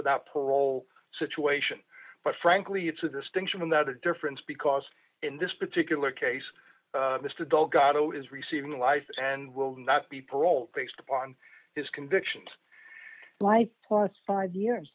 without parole situation but frankly it's a distinction without a difference because in this particular case mr delgado is receiving life and will not be parole based upon his convictions why pause five years